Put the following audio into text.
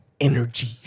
energy